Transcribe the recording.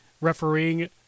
refereeing